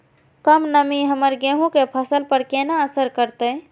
कम नमी हमर गेहूँ के फसल पर केना असर करतय?